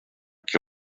qui